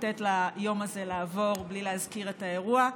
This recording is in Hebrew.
לתת ליום הזה לעבור בלי להזכיר את האירוע.